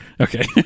Okay